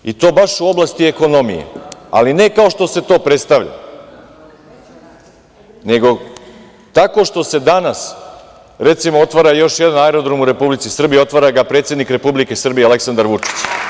Desile su se, i to baš u oblasti ekonomije, ali ne kao što se to predstavlja, nego tako što se danas, recimo, otvara još jedan aerodrom u Republici Srbiji, otvara ga predsednik Republike Srbije Aleksandar Vučić.